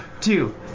two